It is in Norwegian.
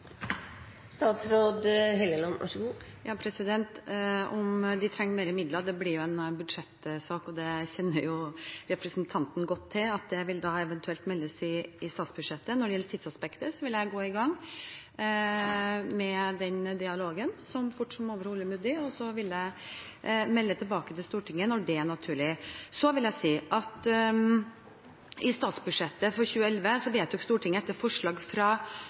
trenger mer midler, blir en budsjettsak, og der kjenner representanten godt til at det da eventuelt vil meldes i statsbudsjettet. Når det gjelder tidsaspektet, vil jeg gå i gang med den dialogen så fort som overhodet mulig, og så vil jeg melde tilbake til Stortinget når det er naturlig. Så vil jeg si at i statsbudsjettet for 2011 vedtok Stortinget etter forslag fra